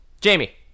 Jamie